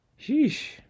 Sheesh